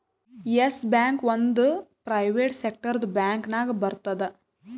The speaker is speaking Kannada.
ಎಸ್ ಬ್ಯಾಂಕ್ ಒಂದ್ ಪ್ರೈವೇಟ್ ಸೆಕ್ಟರ್ದು ಬ್ಯಾಂಕ್ ನಾಗ್ ಬರ್ತುದ್